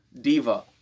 diva